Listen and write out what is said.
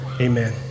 Amen